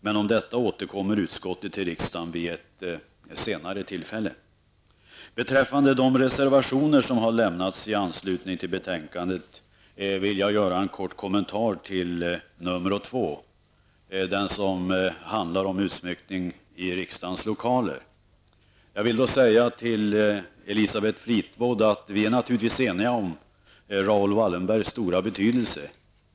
Men om detta återkommer utskottet till riksdagen vid ett senare tillfälle. Beträffande de reservationer som har lämnats i anslutning till betänkandet vill jag göra en kort kommentar till nr 2, den som handlar om utsmyckning i riksdagens lokaler. Jag vill då säga till Elisabeth Fleetwood att vi naturligtvis är eniga om Raoul Wallenbergs stora betydelse.